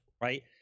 right